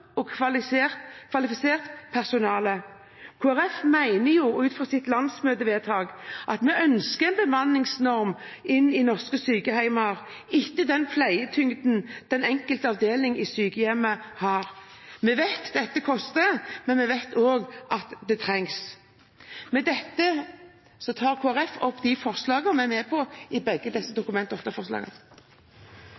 og kvalifisert personale. Kristelig Folkeparti ønsker – ut fra sitt landsmøtevedtak – en bemanningsnorm i norske sykehjem, etter den pleietyngden den enkelte avdeling i sykehjemmet har. Vi vet at dette koster, men vi vet også at det trengs. Vi har fellesdebatt om to viktige saker som omhandlar eldreomsorga: om å sikra menneskerettane i